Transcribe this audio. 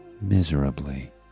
miserably